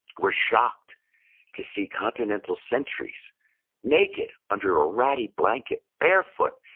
were shocked to see continental sentries naked under a ratty blanket. barefoot,